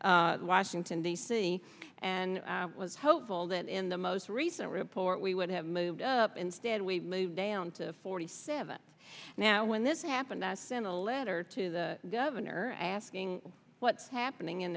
and washington d c and i was hopeful that in the most recent report we would have moved up instead we moved down to forty seven now when this happened i sent a letter to the governor asking what's happening in